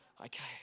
Okay